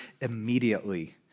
immediately